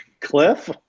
Cliff